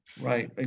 right